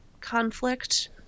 conflict